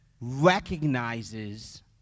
recognizes